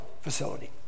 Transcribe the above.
facility